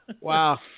Wow